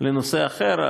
לנושא אחר,